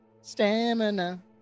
Stamina